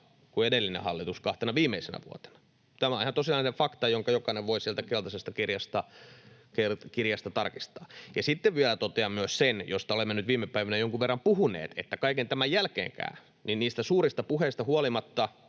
kuin edellinen hallitus kahtena viimeisenä vuotenaan. Tämä on ihan tosiasiallinen fakta, jonka jokainen voi sieltä keltaisesta kirjasta tarkistaa. Sitten vielä totean myös sen, mistä olemme nyt viime päivinä jonkun verran puhuneet, että kaiken tämän jälkeenkään ja niistä suurista puheista huolimatta,